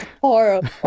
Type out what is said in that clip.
horrible